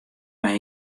mei